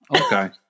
Okay